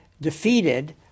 defeated